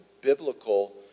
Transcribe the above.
biblical